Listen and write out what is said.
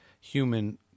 human